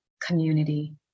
community